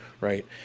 right